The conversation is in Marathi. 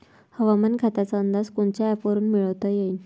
हवामान खात्याचा अंदाज कोनच्या ॲपवरुन मिळवता येईन?